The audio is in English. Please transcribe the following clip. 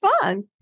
fun